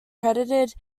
credited